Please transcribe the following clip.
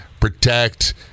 protect